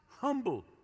humble